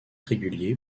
régulier